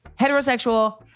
heterosexual